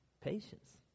patience